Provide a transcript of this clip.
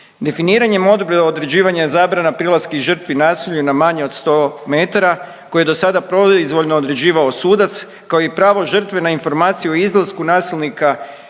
Definiranjem odredba određivanja zabrana prilasku žrtvi nasilja na manje od 100 metara koje je do sada proizvoljno određivao sudac kao i pravo žrtve na informaciju o izlasku nasilnika